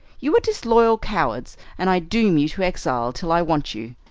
you are disloyal cowards, and i doom you to exile till i want you.